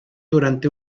durante